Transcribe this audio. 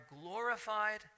glorified